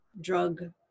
Drug